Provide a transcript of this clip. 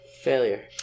failure